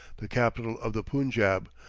the capital of the punjab,